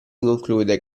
conclude